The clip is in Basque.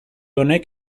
honek